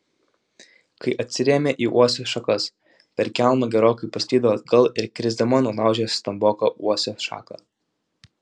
kai atsirėmė į uosio šakas per kelmą gerokai paslydo atgal ir krisdama nulaužė stamboką uosio šaką